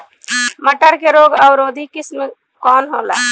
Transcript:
मटर के रोग अवरोधी किस्म कौन होला?